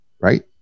right